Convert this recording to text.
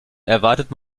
erwartet